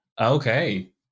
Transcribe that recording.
Okay